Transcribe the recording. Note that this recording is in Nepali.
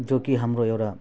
जो कि हाम्रो एउटा